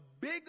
big